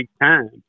time